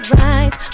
right